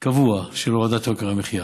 קבוע של הורדת יוקר המחיה.